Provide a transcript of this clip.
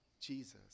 Jesus